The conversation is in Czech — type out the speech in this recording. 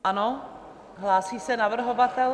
Ano, hlásí se navrhovatel?